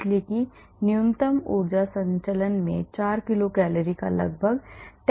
इसलिए कि न्यूनतम ऊर्जा संचलन में 4 किलो कैलोरी लगभग 10 की कमी है